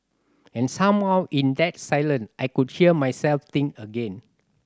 and somehow in that silence I could hear myself think again